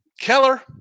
Keller